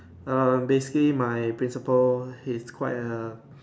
err basically my principal he is quite a